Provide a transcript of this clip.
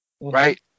Right